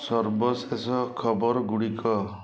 ସର୍ବଶେଷ ଖବର ଗୁଡ଼ିକ